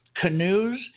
canoes